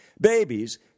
Babies